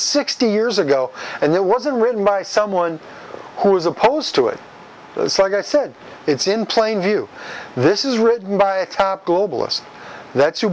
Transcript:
sixty years ago and it wasn't written by someone who is opposed to it it's like i said it's in plain view this is written by a globalist that's you